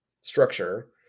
structure